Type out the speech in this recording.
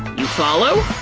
you follow?